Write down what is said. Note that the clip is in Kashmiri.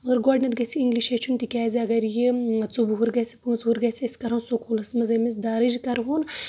مگر گۄڈنٮ۪تھ گژھہِ اِنگلِش ہیٚچھُن تِکیٛازِ اگر یہِ ژُ وُہر گژھہِ پانٛژٕ وُہُر گژھہِ أسۍ کرہو سکوٗلس أمِس درٕج کرٕ ہون